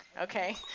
okay